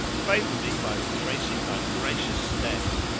favour me by retracing thy gracious steps.